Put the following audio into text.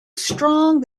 strong